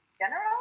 General